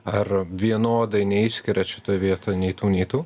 ar vienodai neišskiriat šitoj vietoj nei tų nei tų